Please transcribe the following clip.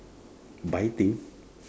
biting